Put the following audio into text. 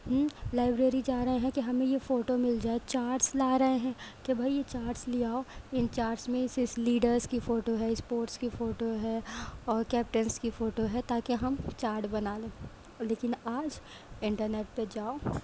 library جا رہے ہیں کہ ہمیں یہ فوٹو مل جائے چارٹس لا رہے ہیں کہ بھائی یہ چارٹس لے آؤ ان چارٹس میں اس اس لیڈرس کی فوٹو ہے اسپورٹس کی فوٹو ہے اور کیپٹنس کی فوٹو ہے تاکہ ہم چاٹ بنا لیں لیکن آج انٹرنیٹ پہ جاؤ